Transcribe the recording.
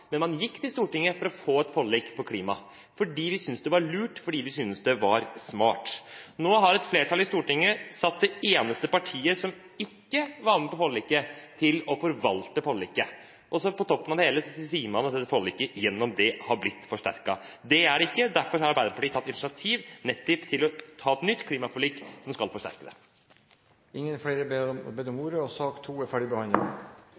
forlik på klima fordi man syntes det var lurt, fordi man syntes det var smart. Nå har et flertall i Stortinget satt det eneste partiet som ikke var med på forliket, til å forvalte forliket. Og på toppen av det hele sier man at forliket gjennom det har blitt forsterket. Det har det ikke. Derfor har Arbeiderpartiet tatt initiativ nettopp til å få et nytt klimaforlik som skal forsterke det. Flere har ikke bedt om